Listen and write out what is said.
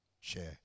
share